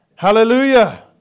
Hallelujah